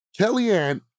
Kellyanne